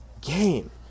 game